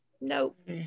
Nope